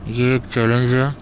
یہ ایک چیلنج ہے